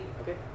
Okay